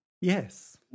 Yes